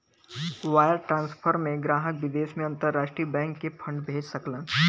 wire transfer में ग्राहक विदेश में अंतरराष्ट्रीय बैंक के फंड भेज सकलन